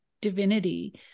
divinity